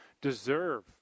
deserve